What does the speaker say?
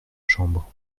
chambre